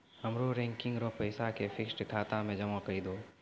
हमरो रेकरिंग रो पैसा के फिक्स्ड खाता मे जमा करी दहो